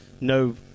no